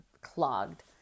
clogged